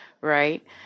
right